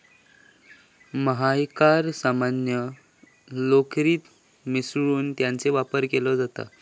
मोहायराक सामान्य लोकरीत मिसळून त्याचो वापर केलो जाता